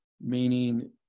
meaning